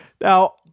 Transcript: Now